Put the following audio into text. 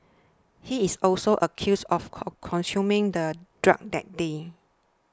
he is also accused of con consuming the drug that day